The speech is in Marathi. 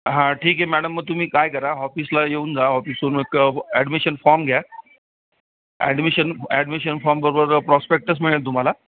हां ठीक आहे मॅडम मग तुम्ही काय करा हॉफिसला येऊन जा ऑफिसवरून एक ॲडमिशन फॉम घ्या ॲडमिशन ॲडमिशन फॉमबरोबर प्रॉस्पेक्टस मिळेल तुम्हाला